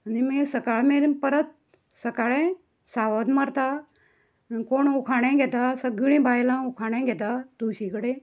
आनी मागीर सकाळ मेरेन परत सकाळे सावद मारता कोण उखाणे घेता सगळीं बायलां उखाणे घेता तुळशी कडेन